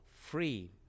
free